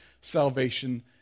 salvation